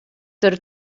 der